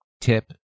tip